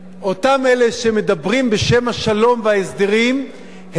אותם אלה שמדברים בשם השלום וההסדרים הם